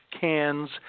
cans